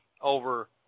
over